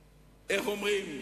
לכן אני מציע,